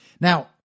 Now